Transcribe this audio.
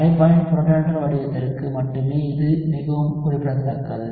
கரைப்பானின் புரோட்டானேற்ற வடிவத்திற்கு மட்டுமே இது மிகவும் குறிப்பிடத்தக்கது